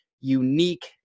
unique